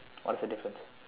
what's the difference